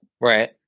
Right